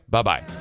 Bye-bye